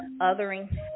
othering